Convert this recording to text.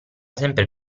sempre